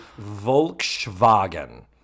Volkswagen